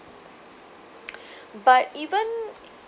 but even